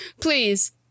Please